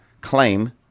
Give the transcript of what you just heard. claim